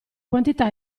quantità